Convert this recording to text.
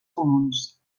comuns